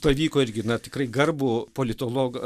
pavyko irgi na tikrai garbų politologą